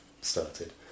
started